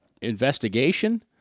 investigation